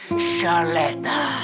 charletta.